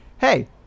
hey